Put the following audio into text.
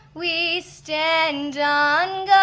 we stand on